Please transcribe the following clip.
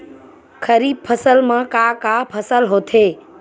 खरीफ फसल मा का का फसल होथे?